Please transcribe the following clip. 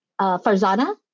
Farzana